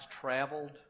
traveled